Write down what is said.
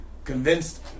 Convinced